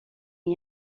این